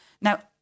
Now